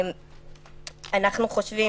אנחנו חושבים,